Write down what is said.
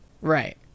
Right